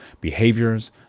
behaviors